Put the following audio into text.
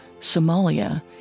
Somalia